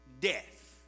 death